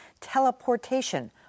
teleportation